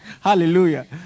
Hallelujah